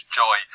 joy